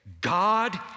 God